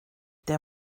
der